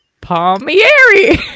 Palmieri